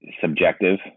subjective